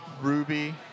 Ruby